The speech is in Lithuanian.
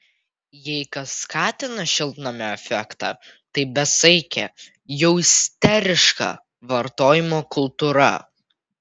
jei kas skatina šiltnamio efektą tai besaikė jau isteriška vartojimo kultūra